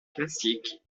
classiques